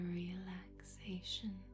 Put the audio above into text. relaxation